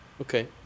Okay